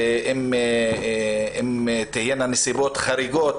אם תהיינה נסיבות חריגות,